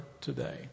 today